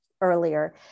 Earlier